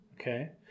Okay